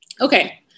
okay